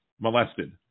molested